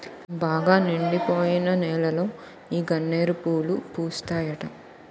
బాగా నిండిపోయిన నేలలో ఈ గన్నేరు పూలు పూస్తాయట